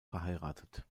verheiratet